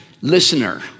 listener